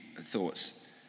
thoughts